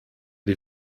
die